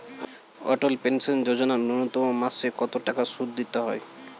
অটল pension Yojana ন্যূনতম মাসে কত টাকা সুধ দিতে হয়?